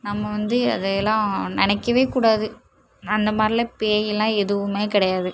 நம்ம வந்து அதையெல்லாம் நினைக்கவே கூடாது ந அந்த மாதிரிலாம் பேயிலாம் எதுவுமே கிடையாது